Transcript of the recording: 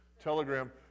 Telegram